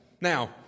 Now